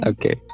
Okay